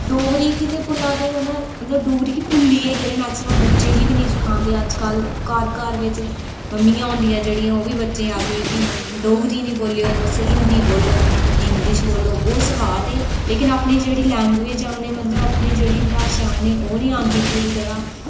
डोगरी गी ते भुल्लै दे कन्नै मतलब डोगरी गी भुल्ली गै गेदे मैक्सिमम बच्चें गी बी नेईं साखंदे अज्ज्कल घर घर बिच्च मम्मियां होंदियां जेह्ड़ियां ओह् बी बच्चें आखदियां कि डोगरी नि बोल्लेओ तुस हिंदी बोलो इंग्लिश बोल्लो ओह् सखाऽ दे लेकिन अपनी जेह्ड़ी लैंगुएज ऐ उ'नें मतलब अपनी जेह्ड़ी भाशा ऐ उ'नें ओह् नि आंदी पूरी तरह